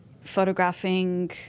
photographing